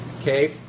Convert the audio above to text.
Okay